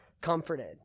comforted